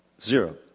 Zero